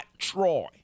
Troy